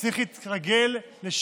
שהיינו רגילים לראות שמביאים אותם פעם.